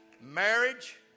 marriage